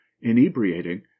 inebriating